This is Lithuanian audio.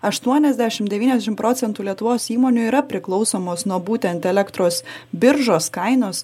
aštuoniasdešim devyniasdešim procentų lietuvos įmonių yra priklausomos nuo būtent elektros biržos kainos